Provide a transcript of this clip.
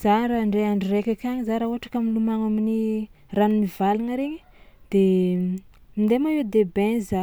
Za raha ndray andro raiky akagny za raha ohatra ka milomagno amin'ny rano mivalagna regny de minday maillot de bain za